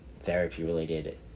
therapy-related